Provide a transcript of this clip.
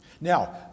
Now